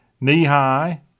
Knee-high